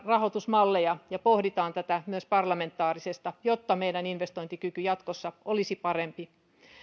rahoitusmalleja ja pohdimme tätä myös parlamentaarisesti jotta meidän investointikykymme jatkossa olisi parempi